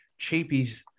cheapies